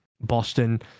Boston